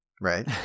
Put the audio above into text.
right